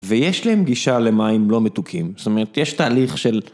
ויש להם גישה למים לא מתוקים, זאת אומרת, יש תהליך של...